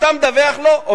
אתה מדווח לו?